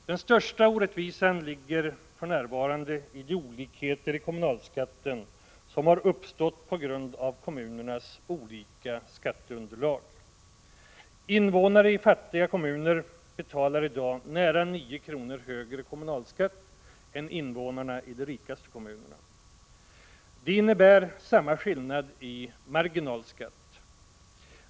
Den största orättvisan ligger för närvarande i de olikheter i kommunalskatten som har uppstått på grund av kommunernas olika skatteunderlag. Invånare i fattiga kommuner betalar i dag nära 9 kr. högre kommunalskatt än invånarna i de rikaste kommunerna. Det innebär samma skillnad i marginalskatt.